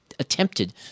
attempted